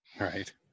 Right